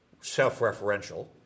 self-referential